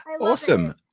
Awesome